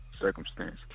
circumstance